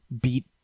beat